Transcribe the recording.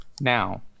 now